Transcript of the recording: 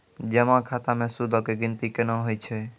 जमा खाता मे सूदो के गिनती केना होय छै?